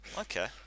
Okay